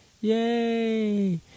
Yay